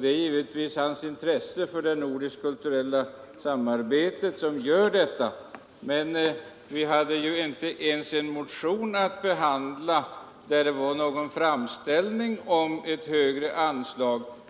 Det är givetvis hans intresse för det nordiska kulturella samarbetet som gör att han tycker det. Men vi hade ju i utskottet inte ens en motion att behandla med framställning om högre anslag.